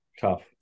tough